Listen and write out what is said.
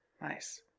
Nice